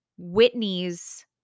Whitney's